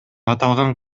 аталган